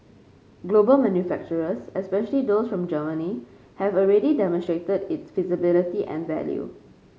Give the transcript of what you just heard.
global manufacturers especially those from Germany have already demonstrated its feasibility and value